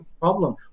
problem